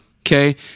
okay